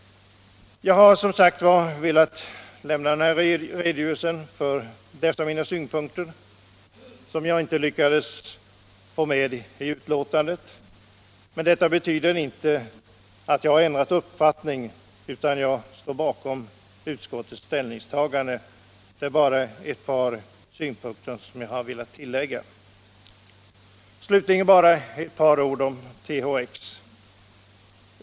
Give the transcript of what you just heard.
Jag har som sagt velat redogöra för dessa mina synpunkter, som jag inte lyckades få med i betänkandet. Men det betyder inte att jag har ändrat uppfattning, utan jag står bakom utskottets ställningstagande. Det är bara ett par synpunkter som jag har velat tillägga. Slutligen bara ett par ord om THX!